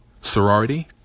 sorority